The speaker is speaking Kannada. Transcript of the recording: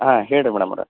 ಹಾಂ ಹೇಳಿ ರೀ ಮೇಡಮ್ಮವ್ರೆ